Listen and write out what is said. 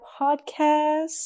podcast